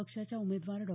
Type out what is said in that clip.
पक्षाच्या उमेदवार डॉ